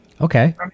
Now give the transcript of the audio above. Okay